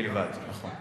בלבד, נכון?